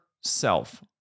self